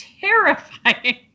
terrifying